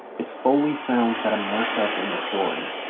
it's foley sounds that immerse us in the story.